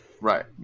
Right